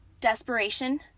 desperation